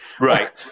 Right